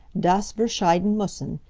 dass wir scheiden mussen!